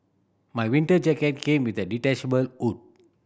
my winter jacket came with a detachable hood